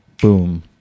boom